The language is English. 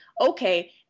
okay